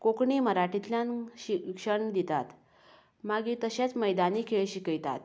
कोंकणी मराठींतल्यान शिक्षण दितात मागीर तशेंच मैदानी खेळ शिकयतात